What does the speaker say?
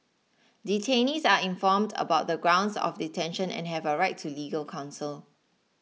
detainees are informed about the grounds of detention and have a right to legal counsel